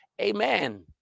amen